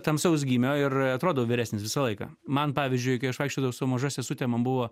tamsaus gymio ir atrodau vyresnis visą laiką man pavyzdžiui kai aš vaikščiodavau su maža sesute man buvo